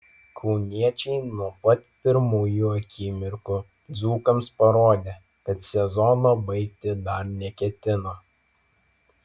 kauniečiai nuo pat pirmųjų akimirkų dzūkams parodė kad sezono baigti dar neketina